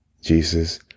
Jesus